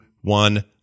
one